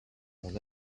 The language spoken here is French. mon